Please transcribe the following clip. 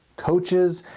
coaches,